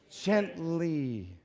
gently